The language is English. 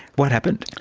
what happened?